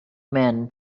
man